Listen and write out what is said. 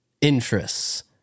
interests